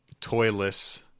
toyless